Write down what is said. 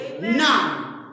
None